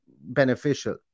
beneficial